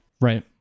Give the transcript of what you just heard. Right